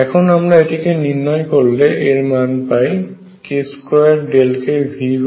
এখন আমরা এটিকে নির্ণয় করলে এর মান পাই k2ΔkV2